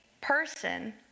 person